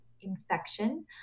infection